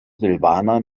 silvana